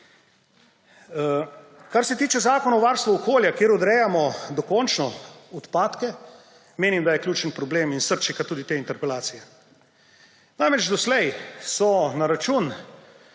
Kar se tiče Zakona o varstvu okolja, kjer odrejamo dokončno odpadke, menim, da je ključen problem in srčika tudi te interpelacije. Namreč, doslej so na račun